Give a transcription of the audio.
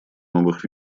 новых